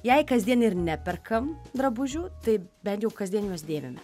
jei kasdien ir neperkam drabužių tai bent jau kasdien juos dėvime